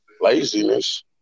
laziness